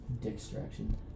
distraction